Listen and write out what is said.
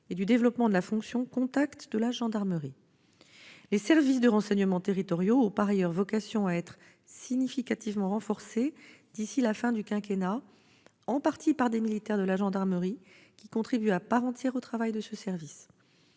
et du développement de la fonction contact de la gendarmerie. Les services de renseignement territoriaux ont par ailleurs vocation à être significativement renforcés d'ici à la fin du quinquennat, en partie par des militaires de la gendarmerie, qui contribuent à part entière au travail de ces services.